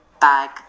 bag